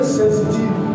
sensitive